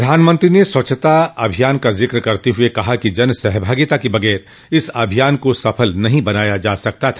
प्रधानमंत्री ने स्वच्छता अभियान का जिक करते हुए कहा कि जन सहभागिता के बगैर इस अभियान को सफल नहीं बनाया जा सकता था